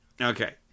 Okay